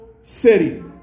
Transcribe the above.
city